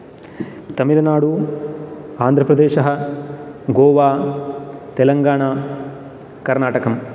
तमिलुनाडु आन्ध्रप्रदेशः गोवा तेलङ्गाणा कर्नाटकम्